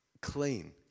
clean